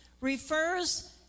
refers